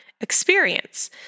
experience